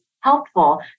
Helpful